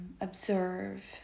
observe